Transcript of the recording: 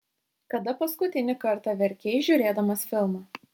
kada paskutinį kartą verkei žiūrėdamas filmą